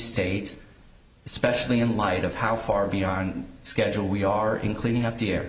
states especially in light of how far beyond schedule we are in cleaning up here